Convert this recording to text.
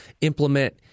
implement